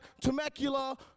Temecula